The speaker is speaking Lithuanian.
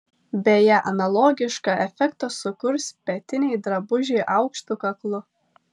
beje analogišką efektą sukurs petiniai drabužiai aukštu kaklu